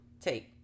take